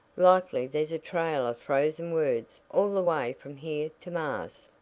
likely there's a trail of frozen words all the way from here to mars.